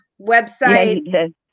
website